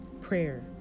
prayer